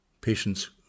patients